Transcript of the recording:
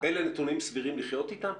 אלו נתונים סבירים לחיות איתם?